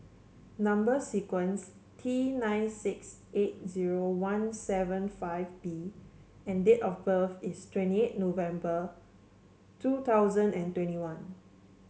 number sequence T nine six eight zero one seven five B and date of birth is twenty eight November two thousand and twenty one